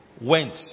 went